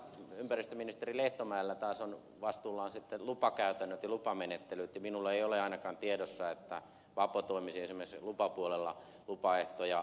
ympäristöministeri lehtomäellä taas on vastuullaan lupakäytännöt ja lupamenettelyt ja minulla ei ole ainakaan tiedossa että vapo toimisi esimerkiksi lupapuolella lupaehtoja ylittäen